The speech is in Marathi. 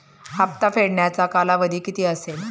हप्ता फेडण्याचा कालावधी किती असेल?